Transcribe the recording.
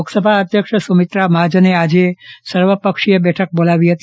લોકસભા અધ્યક્ષ સુશ્રી સુમિત્રા મહાજને આજે સર્વ પક્ષીય બેઠક બોલાવી છે